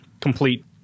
complete